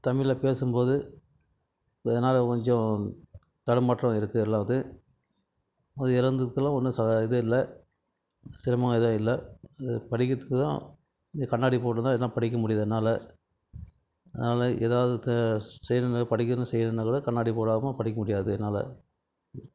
தமிழில் பேசும் போது அதனால் கொஞ்சம் தடுமாற்றம் இருக்குது எல்லாம் இது அது இழந்ததில் ஒன்றும் இது இல்லை சிரமம் எதுவும் இல்லை அது படிக்கிறதுக்கு தான் கொஞ்சம் கண்ணாடி போட்டு தான் படிக்க முடியுது என்னால் அதனால எதாவுது செய்கிறதுன்னா படிக்கிறனா செய்கிறனா கூட கண்ணாடி போடாமால் படிக்க முடியாது என்னால்